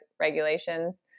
regulations